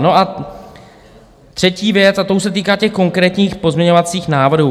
A třetí věc, a to už se týká těch konkrétních pozměňovacích návrhů.